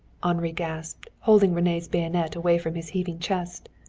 henri gasped, holding rene's bayonet away from his heaving chest.